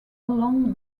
along